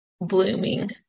Blooming